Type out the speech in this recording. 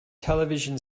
television